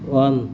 on